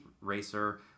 racer